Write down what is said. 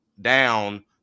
down